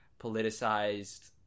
politicized